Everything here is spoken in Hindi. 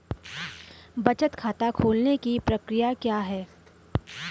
बचत खाता खोलने की प्रक्रिया क्या है?